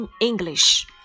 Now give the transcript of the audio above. English